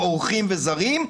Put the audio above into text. במירכאות אורחים וזרים,